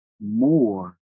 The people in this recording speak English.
more